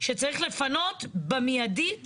שצריך לפנות במיידית